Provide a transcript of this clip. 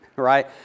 Right